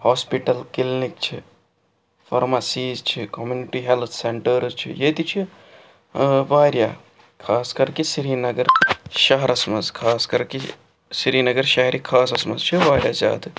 hospital clinic چھِ pharmacies چھِ community health centres چھِ ییٚتہِ چھِ واریاہ خاص کر کہِ سرینگر شَہرَس منٛز خاص کَر کہِ سرینَگر شہرِ خاصَس منٛز چھِ واریاہ زیادٕ